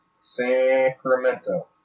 Sacramento